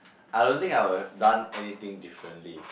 I don't think I would have done anything differently